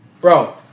bro